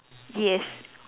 yes